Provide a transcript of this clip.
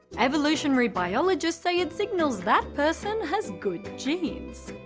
evolutionary biologists say it signals that person has good genes.